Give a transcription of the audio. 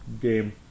game